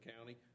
county